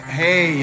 hey